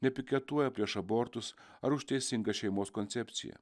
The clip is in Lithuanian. nepiketuoja prieš abortus ar už teisingą šeimos koncepciją